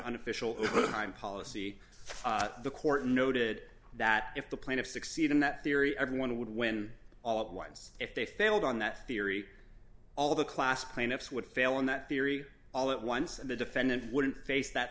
unofficial with time policy the court noted that if the plaintiff succeed in that theory everyone would win all at once if they failed on that theory all the class plaintiffs would fail in that theory all at once and the defendant wouldn't face that